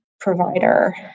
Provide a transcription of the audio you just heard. provider